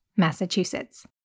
Massachusetts